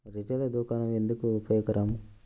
Retail దుకాణాలు ఎందుకు ఉపయోగకరం?